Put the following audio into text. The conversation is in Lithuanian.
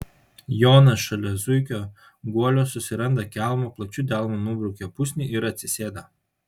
jonas šalia zuikio guolio susiranda kelmą plačiu delnu nubraukia pusnį ir atsisėda